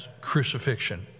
crucifixion